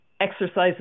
exercises